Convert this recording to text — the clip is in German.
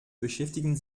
beschäftigen